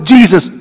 Jesus